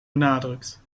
benadrukt